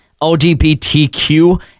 LGBTQ